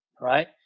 Right